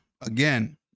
Again